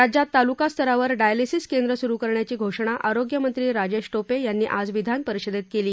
राज्यात तालुकास्तरावर डायलिसीस केंद्र सुरू करण्याची घोषणा आरोग्यमंत्री राजेश टोपे यांनी आज विधानपरिषदेत केली